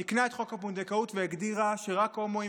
היא תיקנה את חוק הפונדקאות והגדירה שרק הומואים